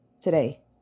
today